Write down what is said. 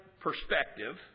perspective